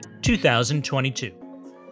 2022